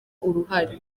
uruhare